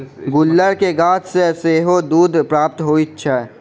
गुलर के गाछ सॅ सेहो दूध प्राप्त होइत छै